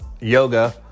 yoga